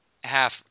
half